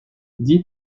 dis